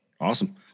awesome